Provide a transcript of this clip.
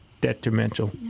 detrimental